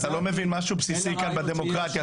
אתה לא מבין משהו בסיסי כאן בדמוקרטיה.